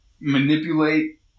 manipulate